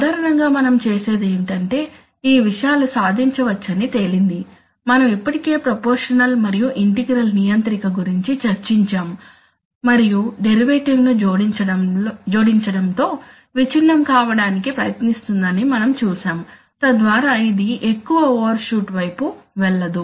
సాధారణంగా మనం చేసేది ఏమిటంటే ఈ విషయాలు సాధించవచ్చని తేలింది మనం ఇప్పటికే ప్రపోర్షషనల్ మరియు ఇంటిగ్రల్ నియంత్రిక గురించి చర్చించాము మరియు డెరివేటివ్ ను జోడించడం తో విచ్ఛిన్నం కావడానికి ప్రయత్నిస్తుందని మనం చూశాము తద్వారా ఇది ఎక్కువ ఓవర్షూట్ వైపు వెళ్ళదు